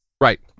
Right